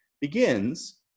begins